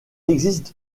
existe